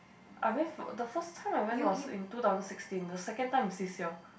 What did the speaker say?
I went the first time I went was in two thousand sixteen the second time is this year